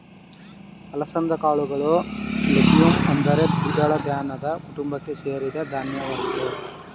ಅಲಸಂದೆ ಕಾಳುಗಳು ಲೆಗ್ಯೂಮ್ ಅಂದರೆ ದ್ವಿದಳ ಧಾನ್ಯದ ಕುಟುಂಬಕ್ಕೆ ಸೇರಿದ ಧಾನ್ಯವಾಗಯ್ತೆ